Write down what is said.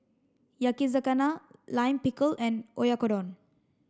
Yakizakana Lime Pickle and Oyakodon